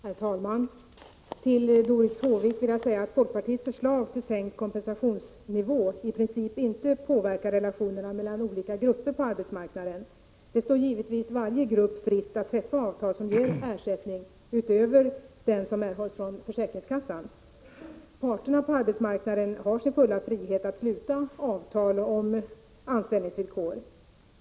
Herr talman! Till Doris Håvik vill jag säga att folkpartiets förslag om en sänkt kompensationsnivå i princip inte påverkar relationerna mellan olika grupper på arbetsmarknaden. Givetvis står det varje grupp fritt att träffa avtal som ger ersättning utöver den som utgår från försäkringskassan. Parterna på arbetsmarknaden har full frihet att sluta avtal om anställningsvillkor.